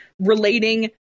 relating